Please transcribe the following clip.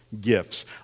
gifts